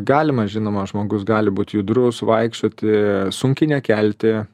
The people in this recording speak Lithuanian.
galima žinoma žmogus gali būt judrus vaikščioti sunkiai nekelti